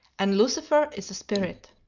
and lucifer is a spirit.